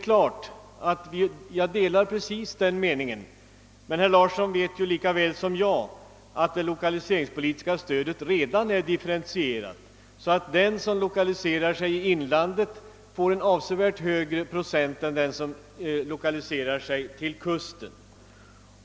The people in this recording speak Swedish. Jag delar den meningen, men herr Larsson vet lika väl som jag att det lokaliseringspolitiska stödet redan är differentierat så att den som lokaliserar sig till inlandet får avsevärt högre bidrag än den som lokaliserar sig till kusten.